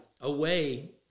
away